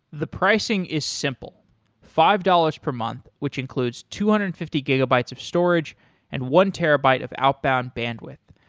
the pricing is simple five dollars per month which includes two hundred and fifty gigabytes of storage and one terabyte of outbound bandwidth.